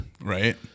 Right